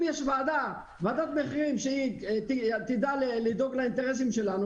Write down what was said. אם יש ועדת מחירים שתדע לדאוג לאינטרסים שלנו,